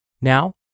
Now